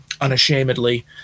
unashamedly